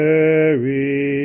Mary